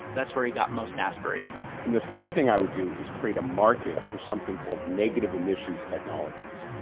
that's where he got most aspirational and the third thing i would do is create a market for something called negative emissions technologies.